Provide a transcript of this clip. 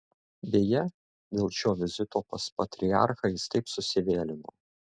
beje dėl šio vizito pas patriarchą jis taip susivėlino